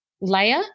layer